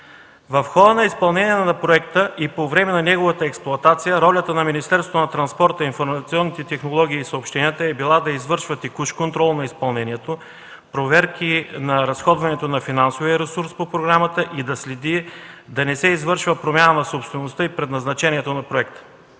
В хода на изпълнение на проекта и по време на неговата експлоатация ролята на Министерството на транспорта, информационните технологии и съобщенията е била да извършва текущ контрол на изпълнението, проверки на разходването на финансовия ресурс по програмата и да следи да не се извършва промяна на собствеността и предназначението на проекта.